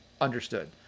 Understood